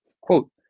quote